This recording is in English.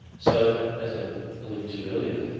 so as i alluded to earlier,